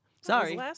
Sorry